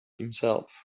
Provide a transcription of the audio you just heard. himself